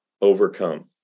overcome